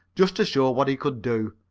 just to show what he could do,